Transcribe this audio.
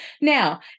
Now